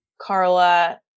Carla